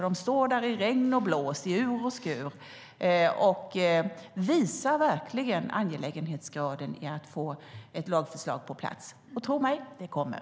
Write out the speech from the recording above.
De står där i regn och blåst, i ur och skur och visar verkligen angelägenhetsgraden i att få ett lagförslag på plats. Och tro mig, det kommer!